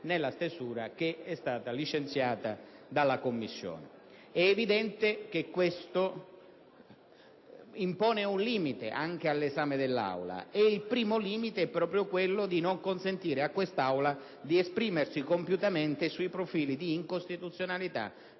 nella stesura licenziata dalla Commissione. È evidente che questo fatto impone dei limiti all'esame dell'Aula. Il primo limite è proprio quello di non consentire all'Assemblea di esprimersi compiutamente sui profili di incostituzionalità